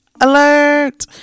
Alert